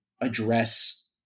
address